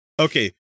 Okay